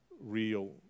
real